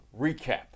Recap